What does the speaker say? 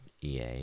EA